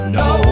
no